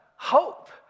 hope